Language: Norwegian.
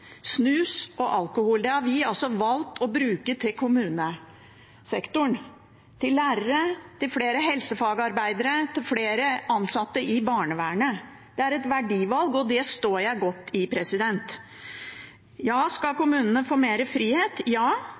snus og alkohol. Det har vi valgt å bruke til kommunesektoren: til lærere, til flere helsefagarbeidere, til flere ansatte i barnevernet. Det er et verdivalg, og det står jeg godt i. Skal kommunene få mer frihet? Ja,